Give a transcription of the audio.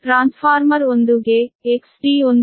transformer 1 ಗೆ XT1 0